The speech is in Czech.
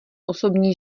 osobní